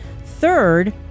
Third